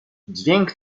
dźwięk